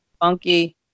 funky